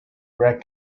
rat